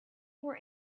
were